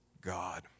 God